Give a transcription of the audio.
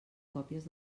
còpies